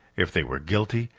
if they were guilty,